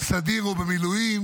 בסדיר או במילואים.